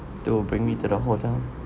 to bring me to the hotel